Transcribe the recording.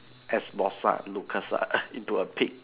ex boss lah Lucas into a pig